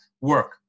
work